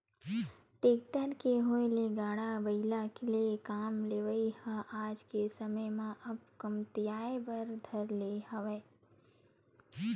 tractor के होय ले गाड़ा बइला ले काम लेवई ह आज के समे म अब कमतियाये बर धर ले हवय